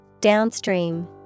Downstream